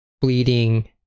bleeding